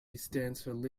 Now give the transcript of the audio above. bisexual